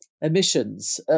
emissions